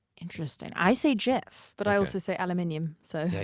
interesting. i say jiff. but i also say aluminum, so. yeah,